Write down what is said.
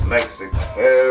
Mexico